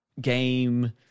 game